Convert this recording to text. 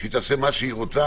שתעשה מה שהיא לא רוצה.